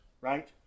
right